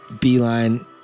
beeline